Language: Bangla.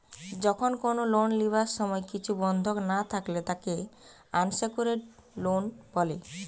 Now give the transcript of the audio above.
যখন কোনো লোন লিবার সময় কিছু বন্ধক না থাকলে তাকে আনসেক্যুরড লোন বলে